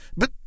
But